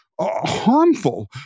Harmful